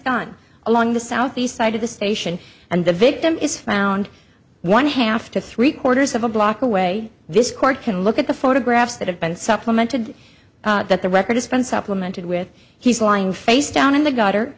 gun along the southeast side of the station and the victim is found one half to three quarters of a block away this court can look at the photographs that have been supplemented that the record it's been supplemented with he's lying face down in the gutter